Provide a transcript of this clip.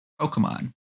Pokemon